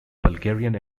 bulgarian